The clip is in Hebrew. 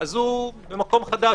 אז הוא במקום חדש.